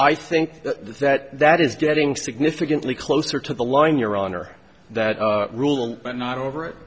i think that that is getting significantly closer to the line your honor that rule but not over it